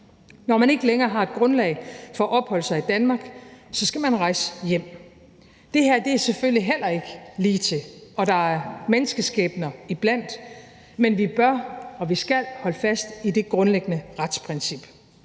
Når man ikke længere har et grundlag for at opholde sig i Danmark, skal man rejse hjem. Det her er selvfølgelig heller ikke ligetil, og der er menneskeskæbner iblandt, men vi bør og vi skal holde fast i det grundlæggende retsprincip.